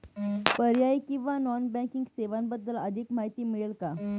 पर्यायी किंवा non banking सेवांबद्दल अधिक माहिती मिळेल का?